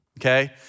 Okay